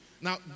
Now